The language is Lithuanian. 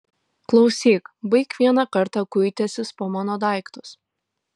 klausyk baik vieną kartą kuitęsis po mano daiktus